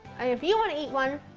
ah if you want to eat one,